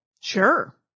Sure